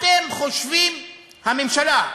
אתם חושבים, הממשלה,